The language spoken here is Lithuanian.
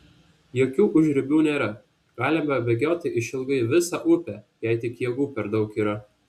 jokių užribių nėra galima bėgioti išilgai visą upę jei tik jėgų per daug yra